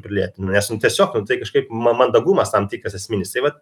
prilėtinu nes tiesiog nu tai kažkaip ma mandagumas tam tikras esminis tai vat